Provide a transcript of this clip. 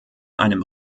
einem